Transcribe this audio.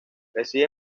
reside